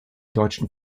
deutschen